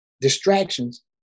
distractions